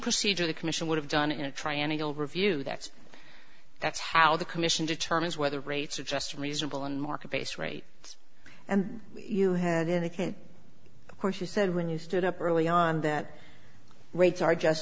procedure the commission would have done in a triangle review that that's how the commission determines whether rates are just reasonable and market base rate and you had indicated of course you said when you stood up early on that rates are just